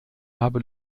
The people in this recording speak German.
habe